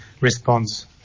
response